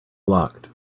blocked